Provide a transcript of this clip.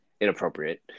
inappropriate